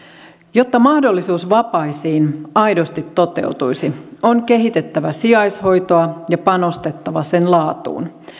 jotta mahdollisuus vapaisiin aidosti toteutuisi on kehitettävä sijaishoitoa ja panostettava sen laatuun